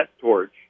torch